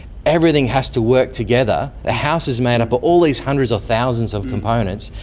everything has to work together, the house is made up of all these hundreds of thousands of components,